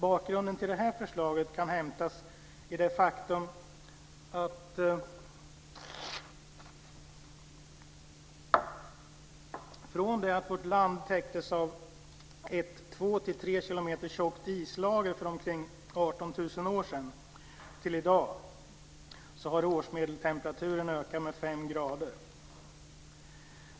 Bakgrunden till det här förslaget kan hämtas i det faktum att från det att vårt land täcktes av ett två till tre kilometer tjockt islager för omkring 18 000 år sedan till i dag har årsmedeltemperaturen ökat med fem grader.